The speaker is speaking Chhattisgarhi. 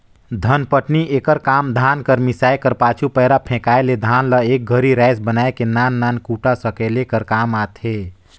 धानपटनी एकर काम धान कर मिसाए कर पाछू, पैरा फेकाए ले धान ल एक घरी राएस बनाए के नान नान कूढ़ा सकेले कर काम आथे